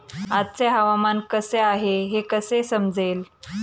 आजचे हवामान कसे आहे हे कसे समजेल?